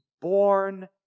born